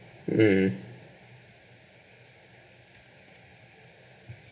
mm